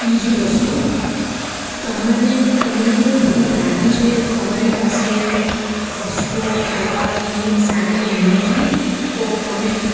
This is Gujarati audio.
બીજી વસ્તુ તમને તમને ભૂખ લાગી છે તમારી પાસે વસ્તુઓ ખાવાની સારી નથી તો તમે